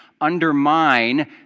undermine